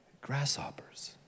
grasshoppers